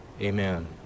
Amen